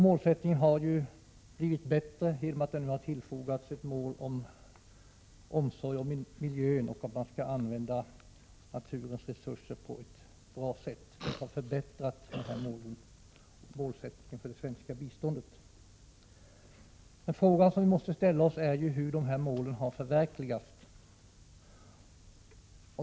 Målsättningen för det svenska biståndet har också förbättrats genom att till den har fogats ett mål om omsorg om miljön och om en god användning av naturens resurser. Men den fråga som måste ställas är hur dessa mål har förverkligats.